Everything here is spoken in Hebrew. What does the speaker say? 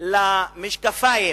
למשקפיים